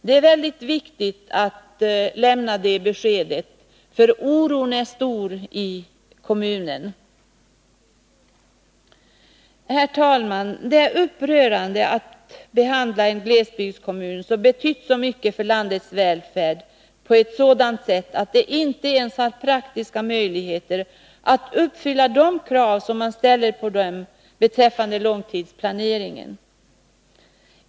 Det är mycket viktigt att Rolf Rämgård lämnar det beskedet, för oron är stor i kommunen. Fru talman! Det är upprörande att behandla en glesbygdskommun, som har betytt så mycket för landets välfärd, på ett sådant sätt att den inte ens har praktiska möjligheter att uppfylla de krav som ställs på den beträffande långtidsplaneringen.